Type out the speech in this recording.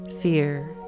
fear